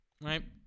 right